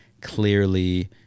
clearly